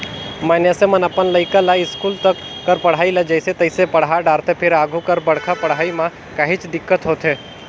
मइनसे मन अपन लइका ल इस्कूल तक कर पढ़ई ल जइसे तइसे पड़हा डारथे फेर आघु कर बड़का पड़हई म काहेच दिक्कत होथे